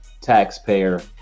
taxpayer